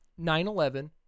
9-11